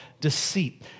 deceit